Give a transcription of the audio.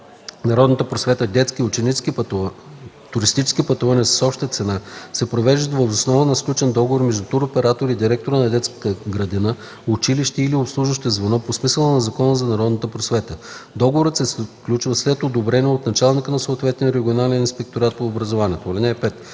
народната просвета детски и ученически туристически пътувания с обща цена се провеждат въз основа на сключен договор между туроператор и директор на детска градина, училище или обслужващо звено по смисъла на Закона за народната просвета. Договорът се сключва след одобрение от началника на съответния регионален инспекторат по образованието.